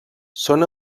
són